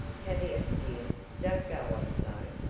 tavia, dear, don't go on so!